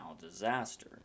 disaster